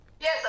yes